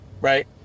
Right